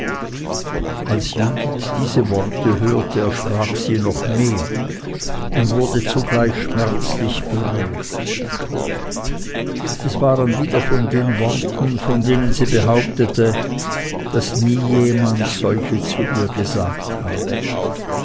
als judith diese worte hörte erschrak sie noch mehr und wurde zugleich schmerzlich berührt es waren wieder von den worten von denen sie behauptete daß niemals jemand zu ihr solche gesagt habe